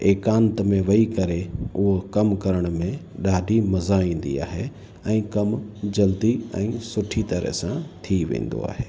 एकांत में वेही करे उहो कम करण में ॾाढी मज़ा ईंदी आहे ऐं कमु जल्दी ऐं सुठी तरह सां थी वेंदो आहे